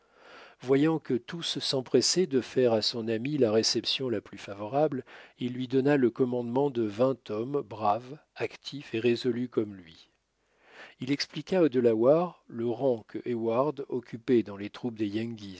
voyant que tous s'empressaient de faire à son ami la réception la plus favorable il lui donna le commandement de vingt hommes braves actifs et résolus comme lui il expliqua aux delawares le rang que heyward occupait dans les troupes des